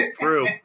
True